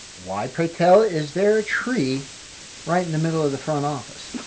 why pray tell, is there a tree right in the middle of the front office?